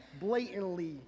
blatantly